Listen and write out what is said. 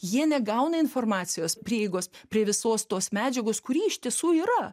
jie negauna informacijos prieigos prie visos tos medžiagos kuri iš tiesų yra